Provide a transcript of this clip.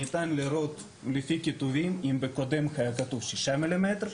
ניתן לראות לפי הכיתובים - אם בקודם היה כתוב שישה מילימטר,